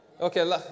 Okay